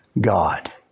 God